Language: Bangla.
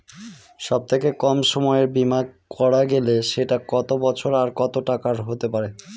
সব থেকে কম সময়ের বীমা করা গেলে সেটা কত বছর আর কত টাকার হতে পারে?